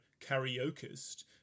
karaokeist